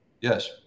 yes